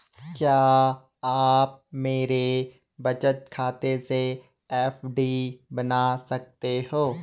क्या आप मेरे बचत खाते से एफ.डी बना सकते हो?